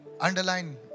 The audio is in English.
Underline